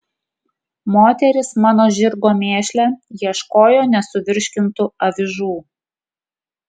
moterys mano žirgo mėšle ieškojo nesuvirškintų avižų